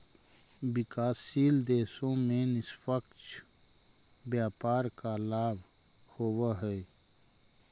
विकासशील देशों में निष्पक्ष व्यापार का लाभ होवअ हई